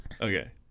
Okay